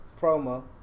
promo